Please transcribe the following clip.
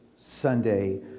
Sunday